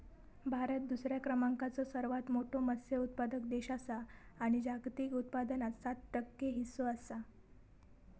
भारत दुसऱ्या क्रमांकाचो सर्वात मोठो मत्स्य उत्पादक देश आसा आणि जागतिक उत्पादनात सात टक्के हीस्सो आसा